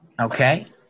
Okay